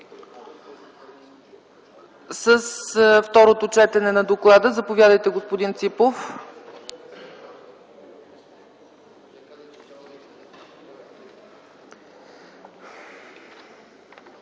с второто четене на доклада. Заповядайте, господин Ципов.